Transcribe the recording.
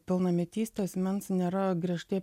pilnametystė asmens nėra griežtai